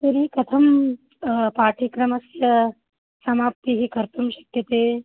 तर्हि कथं पाठ्यक्रमस्य समाप्तिः कर्तुं शक्यते